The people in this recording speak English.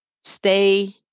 stay